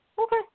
Okay